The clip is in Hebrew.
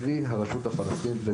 קרי הרשות הפלסטינית.